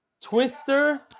Twister